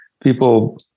people